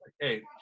Hey